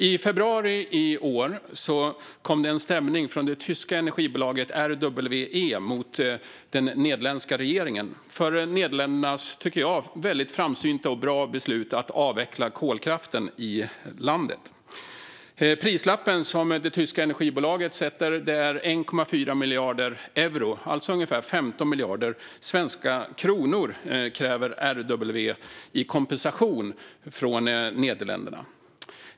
I februari i år kom det en stämning från det tyska energibolaget RWE mot den nederländska regeringen för Nederländernas, tycker jag, väldigt framsynta och bra beslut att avveckla kolkraften i landet. Prislappen som det tyska energibolaget sätter är 1,4 miljarder euro, ungefär 15 miljarder svenska kronor, i kompensation från Nederländerna.